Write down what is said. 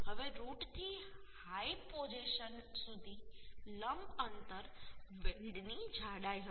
હવે રુટથી હાયપોજેનસ સુધી લંબ અંતર વેલ્ડની જાડાઈ હશે